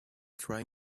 tried